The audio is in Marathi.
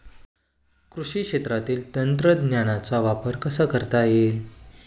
कृषी क्षेत्रात तंत्रज्ञानाचा वापर कसा करता येईल?